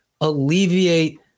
alleviate